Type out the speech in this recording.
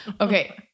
Okay